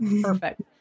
perfect